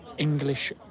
English